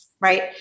right